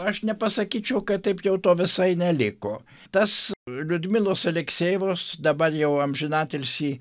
aš nepasakyčiau kad taip jau to visai neliko tas liudmilos aleksejevos dabar jau amžinatilsį